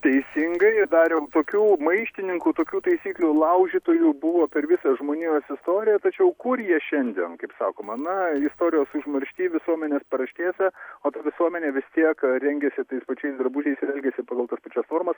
teisingai dariau tokių maištininkų tokių taisyklių laužytojų buvo per visą žmonijos istoriją tačiau kur jie šiandien kaip sakoma na istorijos užmaršty visuomenės paraštėse o ta visuomenė vis tiek rengiasi tais pačiais drabužiais ir elgiasi pagal tas pačias normas